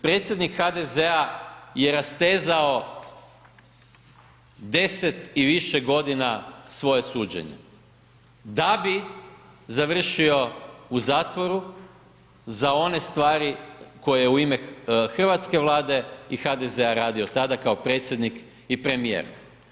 Predsjednik HDZ-a je rastezao 10 i više godina svoje suđenje da bi završio u zatvoru za one stvari koje u ime hrvatske vlade HDZ-a radio tada kao predsjednik i premijer.